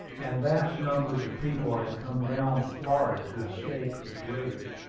and vast numbers of people had come down to florida to escape its rigors.